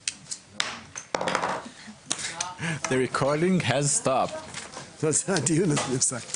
10:38.